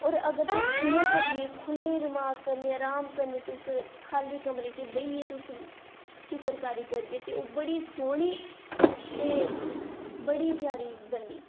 होर अगर तुस इ'यां करियै खुल्ले दमाग कन्नै अराम कन्नै तुस खाल्ली कमरे च बेहियै तुस चित्तरकारी करगे ते ओह् बड़ी सोह्नी ते बड़ी प्यारी बननी